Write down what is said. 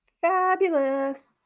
fabulous